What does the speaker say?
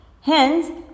Hence